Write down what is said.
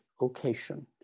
occasion